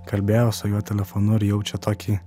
kalbėjo su juo telefonu ir jaučia tokį